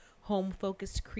home-focused